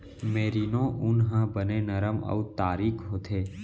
merino ऊन ह बने नरम अउ तारीक होथे